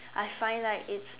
I find like it's